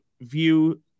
view